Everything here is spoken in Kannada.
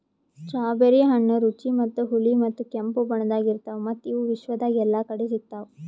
ಸ್ಟ್ರಾಬೆರಿ ಹಣ್ಣ ರುಚಿ ಮತ್ತ ಹುಳಿ ಮತ್ತ ಕೆಂಪು ಬಣ್ಣದಾಗ್ ಇರ್ತಾವ್ ಮತ್ತ ಇವು ವಿಶ್ವದಾಗ್ ಎಲ್ಲಾ ಕಡಿ ಸಿಗ್ತಾವ್